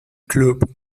club